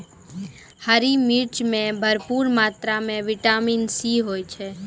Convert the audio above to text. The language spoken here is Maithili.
हरी मिर्च मॅ भरपूर मात्रा म विटामिन सी होय छै